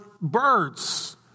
birds